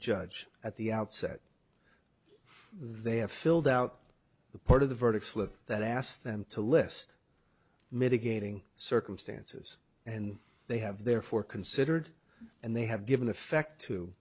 judge at the outset they have filled out the part of the verdict slip that asked them to list mitigating circumstances and they have therefore considered and they have given effect to